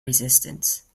resistance